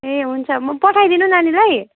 ए हुन्छ म पठाइदिनु नानीलाई